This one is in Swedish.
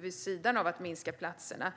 vid sidan av att minska antalet platser.